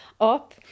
up